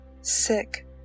Sick